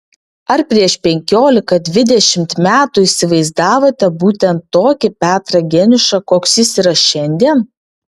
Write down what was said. ar prieš penkiolika dvidešimt metų įsivaizdavote būtent tokį petrą geniušą koks jis yra šiandien